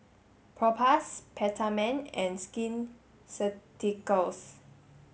Propass Peptamen and Skin Ceuticals